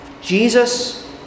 Jesus